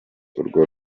urwo